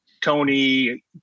Tony